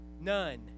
None